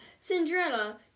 Cinderella